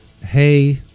hey